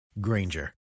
Granger